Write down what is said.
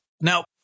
Now